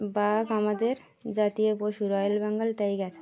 বাঘ আমাদের জাতীয় পশু রয়েল বেঙ্গল টাইগার